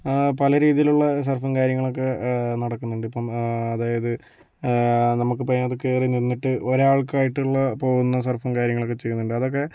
പല രീതിയിലുള്ള സർഫിങ്ങും കാര്യങ്ങളൊക്കെ നടക്കുന്നുണ്ട് ഇപ്പം അതായത് നമുക്കിപ്പം അതിനകത്ത് കയറി നിന്നിട്ട് ഒരാൾക്കായിട്ടുള്ള പോകുന്ന സർഫും കാര്യങ്ങളക്കെ ചെയ്യുന്നുണ്ട് അതൊക്കെ